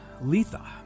Letha